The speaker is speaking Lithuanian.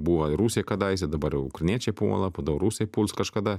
buvo ir rusija kadaise dabar jau ukrainiečiai puola po to rusai puls kažkada